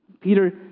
Peter